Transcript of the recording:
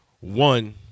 one